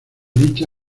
dicha